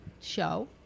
show